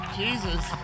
Jesus